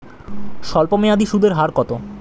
স্বল্পমেয়াদী সুদের হার কত?